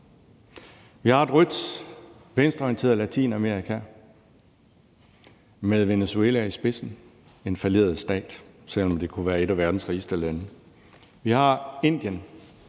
Vi har et rødt, venstreorienteret Latinamerika med Venezuela i spidsen – en falleret stat, selv om det kunne være et af verdens rigeste lande. Vi har Indien,